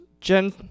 gen